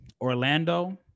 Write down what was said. Orlando